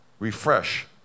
refresh